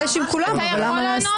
הוא יכול להיפגש עם כולם, אבל למה להסתיר?